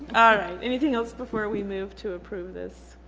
alright anything else before we move to approve this?